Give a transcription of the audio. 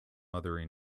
mother